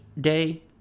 day